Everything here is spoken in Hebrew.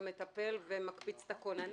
גם מטפל ומקפיץ את הכוננים.